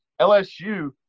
LSU